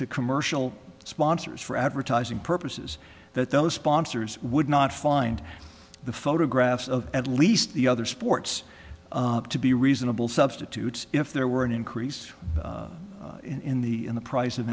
commercial sponsors for advertising purposes that those sponsors would not find the photographs of at least the other sports to be reasonable substitutes if there were an increase in the in the price of